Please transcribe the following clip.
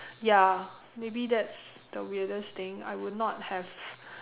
ya maybe that's the weirdest thing I would not have